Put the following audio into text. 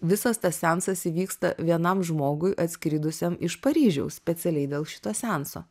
visas tas seansas įvyksta vienam žmogui atskridusiam iš paryžiaus specialiai dėl šito seanso